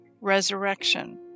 resurrection